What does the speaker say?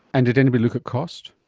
and did anybody look at cost?